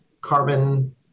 carbon